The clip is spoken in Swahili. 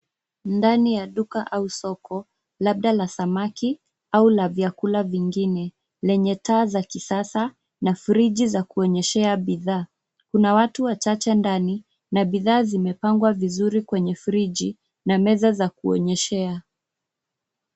Ndani ya duka au soko, labda la samaki au la vyakula vingine, lenye taa za kisasa na friji za kuonyeshea bidhaa. Kuna watu wachache ndani na bidhaa zimepangwa vizuri kwenye friji na meza za kuonyeshea.